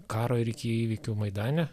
karo ir iki įvykių maidane